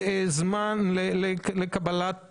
לקבלת